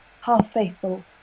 half-faithful